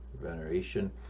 veneration